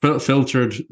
Filtered